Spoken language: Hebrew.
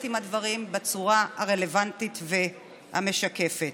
עם הדברים בצורה הרלוונטית והמשקפת.